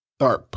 Tharp